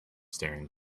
staring